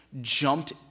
jumped